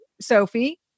Sophie